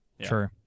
True